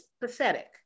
pathetic